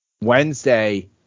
Wednesday